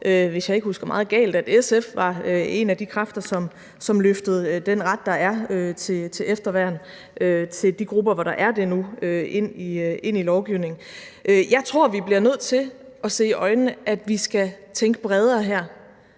hvis jeg ikke husker meget galt – var en af de kræfter, som løftede den ret til efterværn til de grupper, der har den nu, ind i lovgivningen. Jeg tror, vi bliver nødt til at se i øjnene, at vi skal tænke bredere her